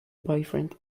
boyfriend